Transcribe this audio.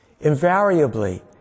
Invariably